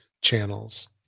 channels